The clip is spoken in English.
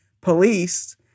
police